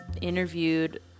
interviewed